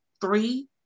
three